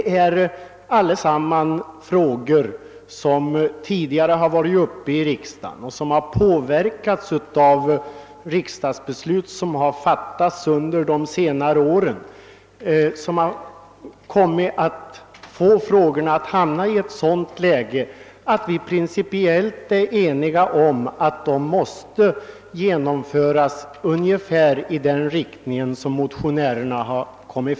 Alla dessa frågor har tidigare varit uppe i riksdagen och har påverkats av under senare år fattade riksdagsbeslut, varigenom de kommit i ett sådant läge att vi i utskottet principiellt varit eniga om att tillstyrka de lösningar som motionärerna föreslagit.